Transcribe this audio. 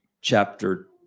chapter